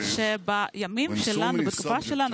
להלן תרגומם הסימולטני: אני אמרתי לך בארוחת הצוהריים שבימים שלנו,